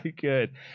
good